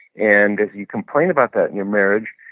and as you complain about that in your marriage,